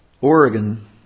Oregon